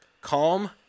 calm